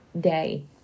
day